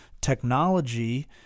technology